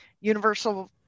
Universal